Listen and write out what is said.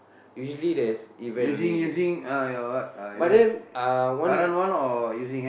usually there's event only day but then uh one